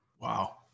Wow